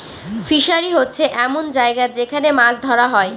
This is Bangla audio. ফিসারী হচ্ছে এমন জায়গা যেখান মাছ ধরা হয়